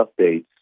updates